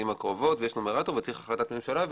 הקרובות ויש נומרטור וצריך החלטת ממשלה.